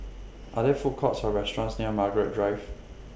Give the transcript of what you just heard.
Are There Food Courts Or restaurants near Margaret Drive